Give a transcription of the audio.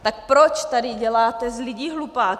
Tak proč tady děláte z lidí hlupáky?